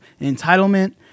entitlement